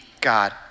God